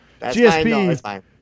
gsp